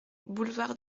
boulevard